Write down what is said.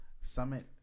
Summit